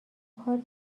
کار